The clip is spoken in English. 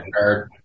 nerd